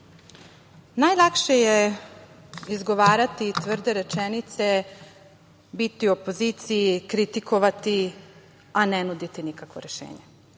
je izgovarati tvrde rečenice, biti u opoziciji, kritikovati, a ne nuditi nikakvo rešenje. Kao